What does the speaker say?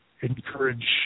encourage